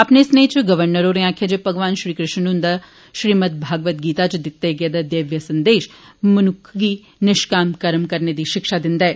अपने स्नेह च गवर्नर होरें आक्खेआ जे भगवान श्री कृष्ण हुन्दा श्रीमद भगवत गीता च दिते गेदा दैवीय संदेश मनुक्ख गी निष्काम कर्म करने दी शिक्षा दिन्दा ऐ